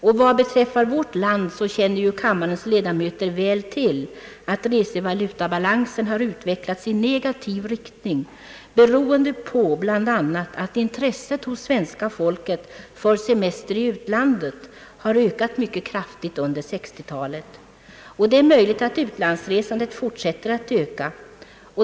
Vad vårt land beträffar känner ju kammarens ledamöter väl till att resevalutabalansen utvecklats i negativ riktning, beroende på bl.a. att intresset hos svenska folket för semester i utlandet ökat mycket kraftigt under 1960-talet. Det är möjligt att utlandsresandet fortsätter att öka.